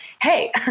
hey